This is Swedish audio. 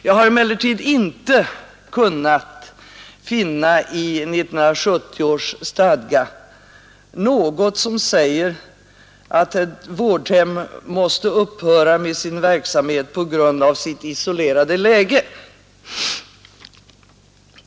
Jag har emellertid inte i 1970 års stadga kunnat finna något som säger att vårdhem måste upphöra med sin verksamhet på grund av sitt isolerade läge.